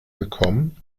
gekommen